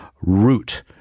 root